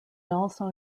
also